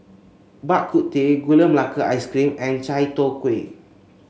Bak Kut Teh Gula Melaka Ice Cream and Chai Tow Kway